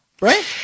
Right